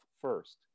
first